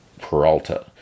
Peralta